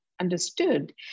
understood